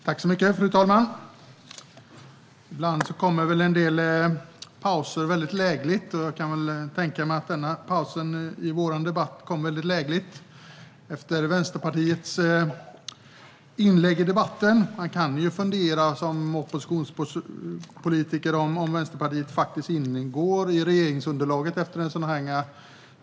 Fru talman! Ibland kommer pauser väldigt lägligt, och jag kan tänka mig att pausen i vår debatt gjorde det. Den hamnade efter Vänsterpartiets inlägg i debatten. Som oppositionspolitiker kan man ju efter en sådan här debatt fundera på om Vänsterpartiet faktiskt ingår i regeringsunderlaget.